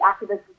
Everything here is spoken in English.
activists